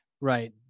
Right